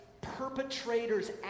perpetrators